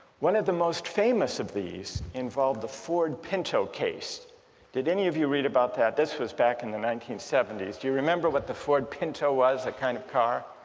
one of the most famous of these involved the ford pinto case did any of you read about that? this was back in the nineteen seventy s, you remember that but the ford pinto was, a kind of car?